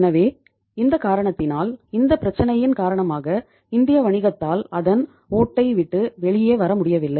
எனவே இந்த காரணத்தினால் இந்த பிரச்சனையின் காரணமாக இந்திய வணிகத்தால் அதன் ஓட்டை விட்டு வெளியே வர முடியவில்லை